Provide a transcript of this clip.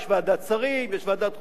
יש ועדת שרים, יש ועדת חוקה.